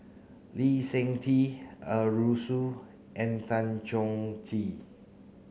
Lee Seng Tee Arasu and Tan Choh Tee